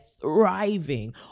thriving